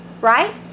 right